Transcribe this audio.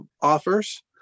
offers